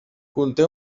conté